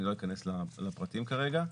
אני לא אכנס לפרטים כרגע.